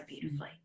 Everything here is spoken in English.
beautifully